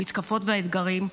המתקפות והאתגרים,